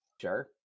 Sure